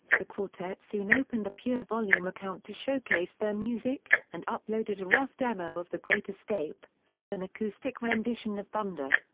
the quartet soon opened a purevolume account to showcase their music, and uploaded a rough demo of the great escape and an acoustic rendition of thunder.